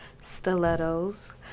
stilettos